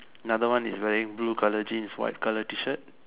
another one is wearing blue colour jeans white colour T-shirt